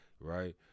right